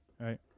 right